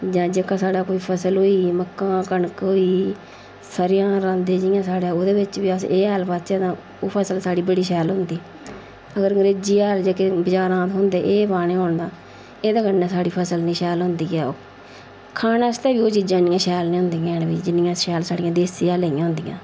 जां जेह्का साढ़ा कोई फसल होई गेई मक्कां कनक होई गेई सरेआं रांहदे जियां साढ़ै ओह्दे बिच्च बी अस एह हैल पाचै तां ओह् फसल साढ़ी बड़ी शैल उगदी अगर अग्रेंजी हैल जेह्के बजारा थ्होंदे एह् पाने होन तां एह्दे कन्नै साढ़ी फसल नी शैल होंदी ऐ ओह् खाने आस्तै बी ओह् चीजां इन्नियां शैल नी होंदियां हैन बी जिन्नियां शैल साढ़े देसी हैलै दियां होंदियां